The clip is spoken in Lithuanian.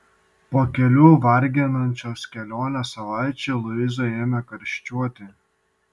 po kelių varginančios kelionės savaičių luiza ėmė karščiuoti